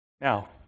Now